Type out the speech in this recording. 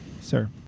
Sir